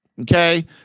okay